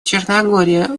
черногория